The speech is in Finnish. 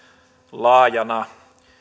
laajana